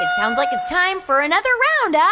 ah sounds like it's time for another round ah